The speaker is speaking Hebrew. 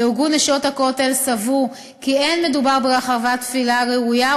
וארגון "נשות הכותל" סבור כי אין מדובר ברחבת תפילה ראויה,